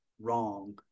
wrong